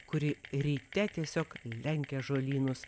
kuri ryte tiesiog lenkia žolynus